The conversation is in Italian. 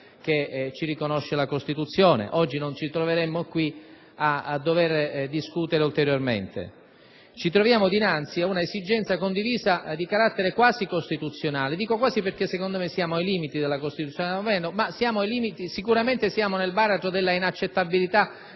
che ci riconosce la Costituzione; oggi non ci troveremmo qui a dover discutere ulteriormente. Ci troviamo dinanzi a un'esigenza condivisa di carattere quasi costituzionale: dico «quasi» perché, a mio avviso, siamo ai limiti della Costituzione, ma siamo, sicuramente, nel baratro dell'inaccettabilità